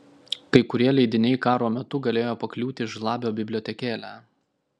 kai kurie leidiniai karo metu galėjo pakliūti į žlabio bibliotekėlę